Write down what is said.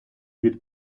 від